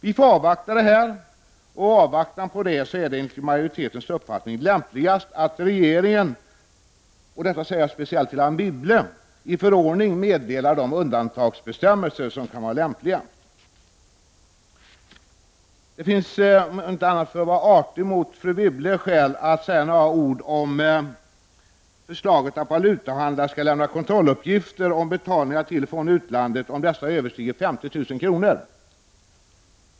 Vi får avvakta detta, och därför är det, enligt majoritetens uppfattning, lämpligast att regeringen i förordning meddelar de undantagsbestämmelser som kan vara lämpliga. Jag säger detta speciellt till Anne Wibble. Om inte annat så för att vara artig mot fru Wibble, vill jag säga några ord om förslaget att valutahandlare skall lämna kontrolluppgifter om betalningar till och från utlandet om dessa överstiger 50000 kr.